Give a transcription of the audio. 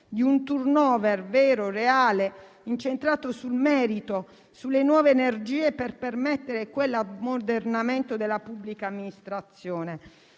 di un *turnover* vero, reale, incentrato sul merito, sulle nuove energie per permettere quell'ammodernamento della pubblica amministrazione.